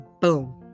boom